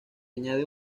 añade